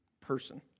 person